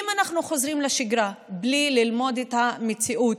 אם אנחנו חוזרים לשגרה בלי ללמוד את המציאות,